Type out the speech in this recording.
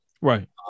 Right